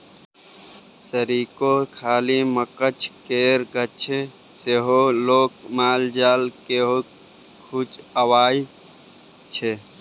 सरिसोक खल्ली, मकझ केर गाछ सेहो लोक माल जाल केँ खुआबै छै